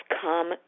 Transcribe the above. come